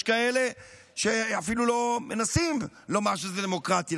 יש כאלה שאפילו לא מנסים לומר שזה דמוקרטי,